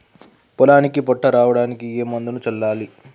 పొలానికి పొట్ట రావడానికి ఏ మందును చల్లాలి?